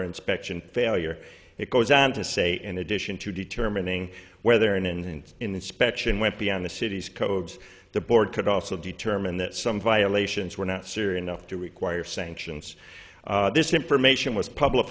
inspection failure it goes on to say in addition to determining whether in and inspection went beyond the city's codes the board could also determine that some violations were not serious enough to require sanctions this information was publi